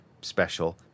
special